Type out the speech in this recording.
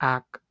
Act